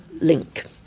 Link